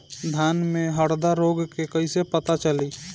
धान में हरदा रोग के कैसे पता चली?